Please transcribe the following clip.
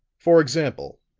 for example,